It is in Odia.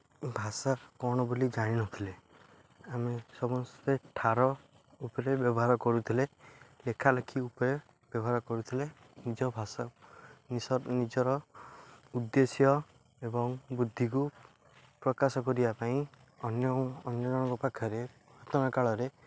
ଭାଷା କ'ଣ ବୋଲି ଜାଣିନଥିଲେ ଆମେ ସମସ୍ତେ ଠାର ଉପରେ ବ୍ୟବହାର କରୁଥିଲେ ଲେଖାଲେଖି ଉପରେ ବ୍ୟବହାର କରୁଥିଲେ ନିଜ ଭାଷା ନିଜର ଉଦ୍ଦେଶ୍ୟ ଏବଂ ବୃଦ୍ଧିକୁ ପ୍ରକାଶ କରିବା ପାଇଁ ଅନ୍ୟ ଅନ୍ୟ ଜଣଙ୍କ ପାଖରେ ପୁରାତନ କାଳରେ